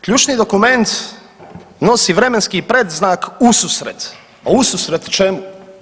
Ključni dokument nosi vremenski predznak ususret, a ususret čemu.